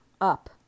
up